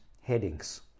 headings